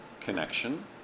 connection